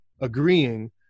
agreeing